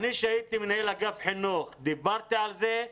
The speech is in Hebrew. כשהייתי מנהל אגף חינוך דיברתי על זה,